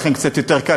לכם קצת יותר קל,